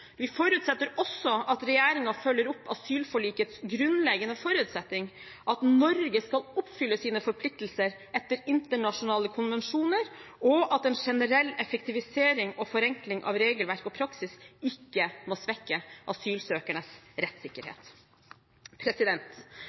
Vi forutsetter også at regjeringen følger opp asylforlikets grunnleggende forutsetning: at Norge skal oppfylle sine forpliktelser etter internasjonale konvensjoner, og at en generell effektivisering og forenkling av regelverk og praksis ikke må svekke asylsøkernes rettssikkerhet.